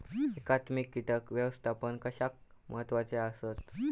एकात्मिक कीटक व्यवस्थापन कशाक महत्वाचे आसत?